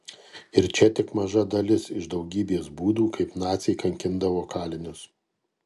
ir čia tik maža dalis iš daugybės būdų kaip naciai kankindavo kalinius